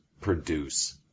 produce